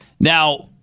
Now